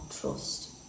trust